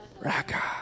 Raka